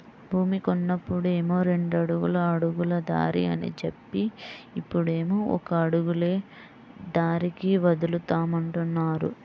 భూమి కొన్నప్పుడేమో రెండడుగుల అడుగుల దారి అని జెప్పి, ఇప్పుడేమో ఒక అడుగులే దారికి వదులుతామంటున్నారు